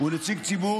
ונציג ציבור,